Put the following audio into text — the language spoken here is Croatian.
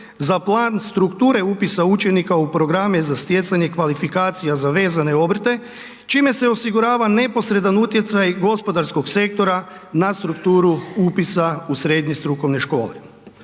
za plan strukture upisa učenika u programe za stjecanje i kvalifikacija za vezane obrte čime se osigurava neposredan utjecaj gospodarskog sektora na strukturu upisa u srednje strukovne škole